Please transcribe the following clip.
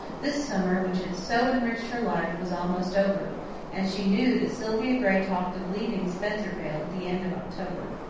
this summer, which had so enriched her life, was almost over and she knew that sylvia gray talked of leaving spencervale at the end of october.